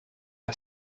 are